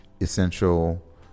essential